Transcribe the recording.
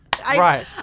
Right